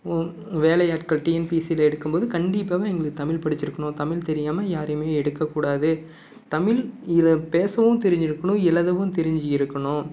வேலையாட்கள் டிஎன்பிசியில் எடுக்கும் போது கண்டிப்பாக எங்களுக்கு தமிழ் படிச்சிருக்கணும் தமிழ் தெரியாமல் யாரையும் எடுக்கக்கூடாது தமிழ் இதில் பேசவும் தெரிஞ்சுருக்கணும் எழுதவும் தெரிஞ்சுருக்கணும்